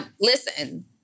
Listen